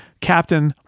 captain